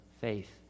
faith